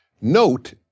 Note